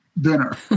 dinner